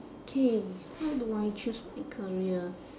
okay how do I choose a career